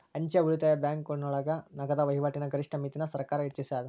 ಅಂಚೆ ಉಳಿತಾಯ ಬ್ಯಾಂಕೋಳಗ ನಗದ ವಹಿವಾಟಿನ ಗರಿಷ್ಠ ಮಿತಿನ ಸರ್ಕಾರ್ ಹೆಚ್ಚಿಸ್ಯಾದ